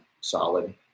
Solid